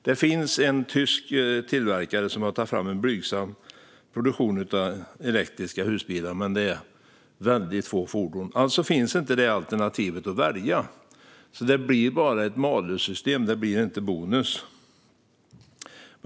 Det finns en tysk tillverkare som har tagit fram en blygsam produktion av elektriska husbilar, men det handlar om väldigt få fordon. Alltså finns inte det alternativet, och det blir bara ett malus-system och ingen bonus.